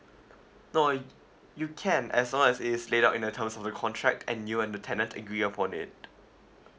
no y~ you can as long as it's laid out in the terms of the contract and you and the tenant agree upon it